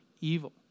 evil